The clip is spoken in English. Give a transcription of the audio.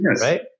Right